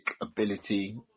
ability